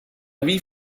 wie